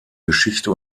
geschichte